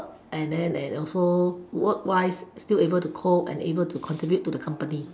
and then and also work wise still able to cope and able to contribute to the company